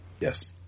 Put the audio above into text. Yes